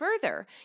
further